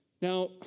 Now